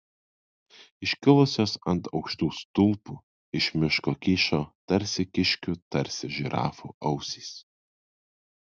iškilusios ant aukštų stulpų iš miško kyšo tarsi kiškių tarsi žirafų ausys